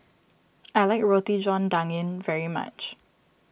I like Roti John Daging very much